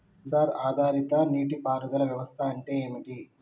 Censor ఆధారిత నీటి పారుదల వ్యవస్థ అంటే ఏమిటి?